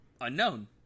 Unknown